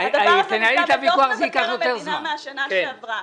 הדבר הזה נמצא בדוח מבקר המדינה שפורסם בשנה שעברה.